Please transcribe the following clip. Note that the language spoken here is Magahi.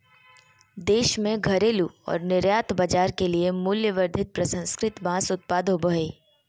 देश में घरेलू और निर्यात बाजार के लिए मूल्यवर्धित प्रसंस्कृत बांस उत्पाद होबो हइ